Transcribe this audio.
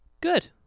Good